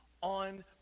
on